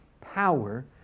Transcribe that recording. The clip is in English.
power